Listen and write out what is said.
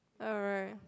alright